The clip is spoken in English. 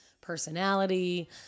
personality